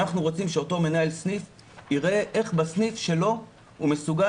אנחנו רוצים שאותו מנהל סניף יראה איך בסניף שלו הוא מסוגל